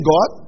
God